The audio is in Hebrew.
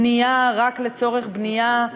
בנייה רק לצורך בנייה,